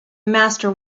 master